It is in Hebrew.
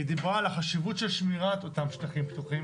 היא דיברה על החשיבות של שמירת על אותם שטחים פתוחים